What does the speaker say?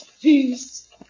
Please